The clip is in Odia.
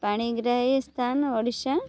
ପାଣିଗ୍ରାହୀ ସ୍ଥାନ ଓଡ଼ିଶା